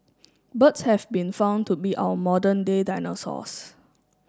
birds have been found to be our modern day dinosaurs